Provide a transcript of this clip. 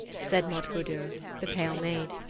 said modgudur, the pale maid.